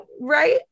right